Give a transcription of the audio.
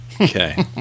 Okay